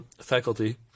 faculty